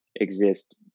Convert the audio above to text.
exist